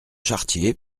chartier